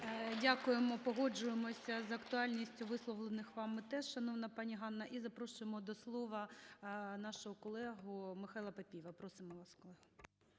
Дякуємо. Погоджуємося з актуальністю висловлених вами тез, шановна пані Ганна. І запрошуємо до слова нашого колегу Михайла Папієва. Просимо вам, колего.